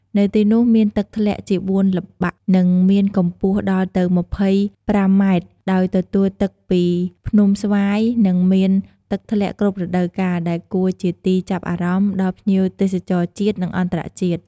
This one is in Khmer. នៅទីនោះមានទឹកធ្លាក់ជាបួនល្បាក់ និងមានកម្ពស់ដល់ទៅម្ភៃប្រាំម៉ែត្រដោយទទួលទឹកពីភ្នំស្វាយនិងមានទឹកធ្លាក់គ្រប់រដូវកាលដែលគួរជាទីចាប់អារម្មណ៍ដល់ភ្ញៀវទេសចរជាតិនិងអន្តរជាតិ។